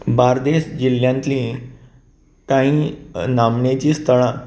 बार्देश जिल्ह्यांतलीं कांय नामनेची स्थळां